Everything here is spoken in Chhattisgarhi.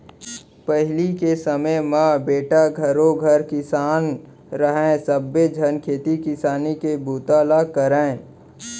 पहिली के समे म बेटा घरों घर किसान रहय सबे झन खेती किसानी के बूता ल करयँ